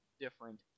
different